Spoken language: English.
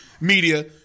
Media